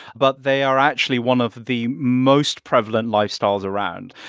but they are actually one of the most prevalent lifestyles around.